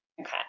Okay